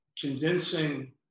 condensing